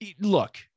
look